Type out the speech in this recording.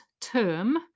term